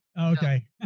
okay